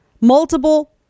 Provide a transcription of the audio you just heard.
multiple